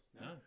No